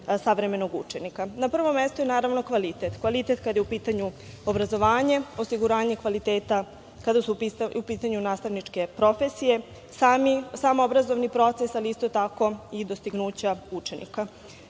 savremenog učenika. Na prvom mestu je kvalitet, kvalitet kada je u pitanju obrazovanje, osiguranje kvaliteta kada su u pitanju nastavničke profesije, sam obrazovni proces, ali isto tako i dostignuća učenika.